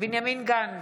בנימין גנץ,